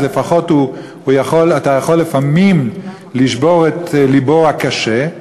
אז לפחות אתה יכול לפעמים לשבור את לבו הקשה,